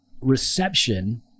reception